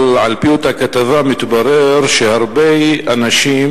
אבל על-פי אותה כתבה מתברר שהרבה אנשים